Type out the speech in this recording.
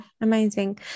Amazing